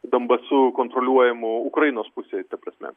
donbasu kontroliuojamu ukrainos pusėj ta prasme